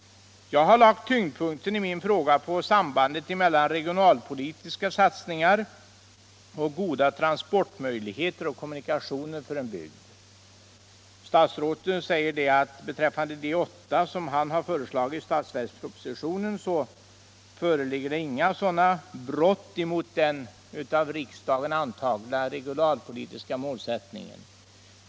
Jag har lagt tyngdpunkten i min fråga på sambandet mellan regionalpolitiska satsningar och goda transportmöjligheter och kommunikationer för en bygd. Statsrådet säger att beträffande de åtta bandelar för vilka han i budgetpropositionen föreslagit nedläggningsprövning föreligger det inga brott mot den av riksdagen antagna regionalpolitiska målsättningen.